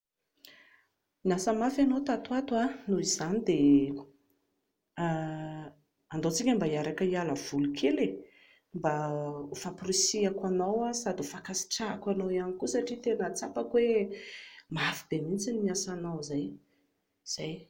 Niasa mafy ianao tatoato noho izany dia andao isika mba hiaraka hiala voly kely e mba ho famporisihako anao sady ho fankasitrahako anao satria tena tsapako hoe mafy be mihintsy ny asanao izay, izay.